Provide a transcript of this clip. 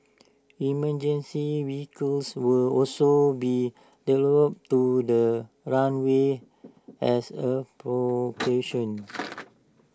emergency vehicles will also be deployed to the runway as A precaution